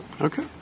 Okay